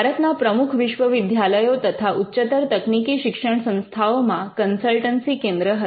ભારતના પ્રમુખ વિશ્વવિદ્યાલાયો તથા ઉચ્ચતર તકનિકી શિક્ષણ સંસ્થાઓ માં કન્સલ્ટન્સી કેન્દ્ર હતા